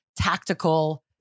tactical